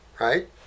right